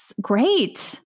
great